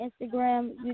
Instagram